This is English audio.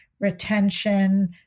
retention